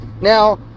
now